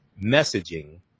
messaging